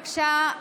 בבקשה,